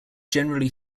generally